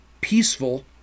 peaceful